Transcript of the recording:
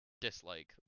dislike